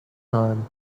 time